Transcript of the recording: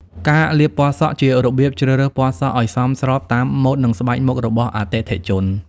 ការលាបពណ៌សក់ ជារបៀបជ្រើសរើសពណ៌សក់ឱ្យសមស្របតាមម៉ូដ និងស្បែកមុខរបស់អតិថិជន។